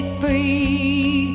free